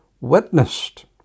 witnessed